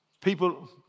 people